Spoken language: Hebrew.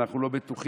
אנחנו לא בטוחים,